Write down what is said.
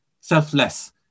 selfless